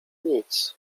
nic